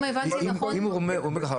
אם הבנתי נכון --- הוא אומר ככה,